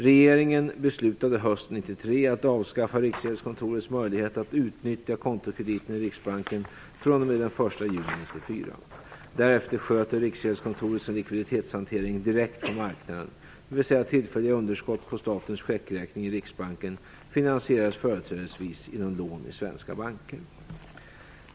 Regeringen beslutade hösten 1993 att avskaffa Riksgäldskontorets möjlighet att utnyttja kontokrediten i Riksbanken fr.o.m. den 1 juni 1994. Därefter sköter Riksgäldskontoret sin likviditetshantering direkt på marknaden, dvs. tillfälliga underskott på statens checkräkning i Riksbanken finansieras företrädesvis genom lån i svenska banker.